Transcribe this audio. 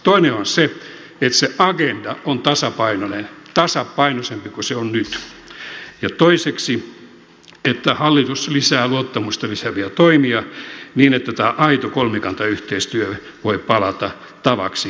toinen on se että se agenda on tasapainoinen tasapainoisempi kuin se on nyt ja toiseksi että hallitus lisää luottamusta lisääviä toimia niin että tämä aito kolmikantayhteistyö voi palata tavaksi toimia